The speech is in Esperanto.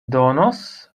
donos